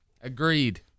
Agreed